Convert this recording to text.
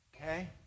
okay